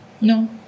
No